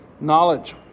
knowledge